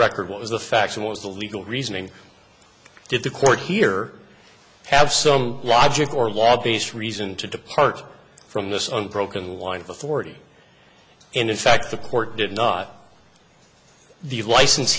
record what was the facts and was the legal reasoning did the court here have some logic or law these reason to depart from this on program line of authority and in fact the court did not the license